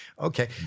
Okay